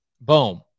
Boom